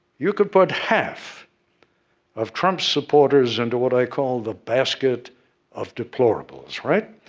you could put half of trump's supporters into what i call the basket of deplorables right?